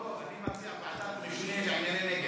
לא, אני מציע ועדת משנה לענייני נגב.